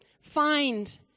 find